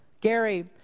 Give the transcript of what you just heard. Gary